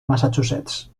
massachusetts